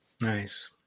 Nice